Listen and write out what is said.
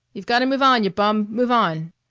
you've got to move on, y' bum! move on!